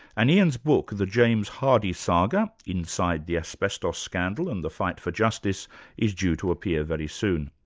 and ean's book, the james hardie saga inside the asbestos scandal and the fight for justice is due to appear very soon.